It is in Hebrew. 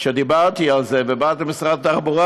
כשדיברתי על זה ובאתי למשרד התחבורה,